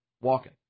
Walking